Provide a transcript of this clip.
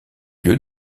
lieu